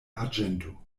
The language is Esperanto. arĝento